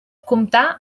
comptar